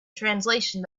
translation